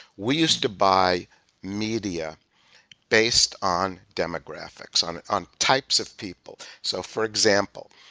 we used to buy media based on demographics, on on types of people. so for example,